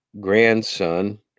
grandson